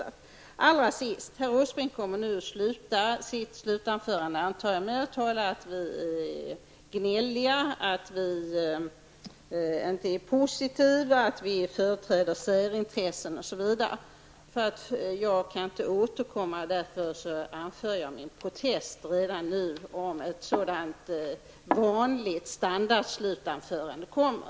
Jag antar att herr Åsbrink nu kommer att sluta sitt slutanförande med att tala om att vi är gnälliga, att vi inte är positiva, att vi företräder särintressen osv. Eftersom jag inte kan återkomma anför jag min protest redan nu om ett sådant vanligt standardslutanförande kommer.